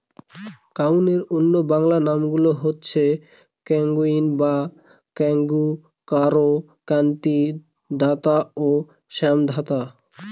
কাউনের অন্য বাংলা নামগুলো হচ্ছে কাঙ্গুই বা কাঙ্গু, কোরা, কান্তি, দানা ও শ্যামধাত